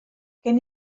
gen